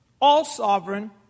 all-sovereign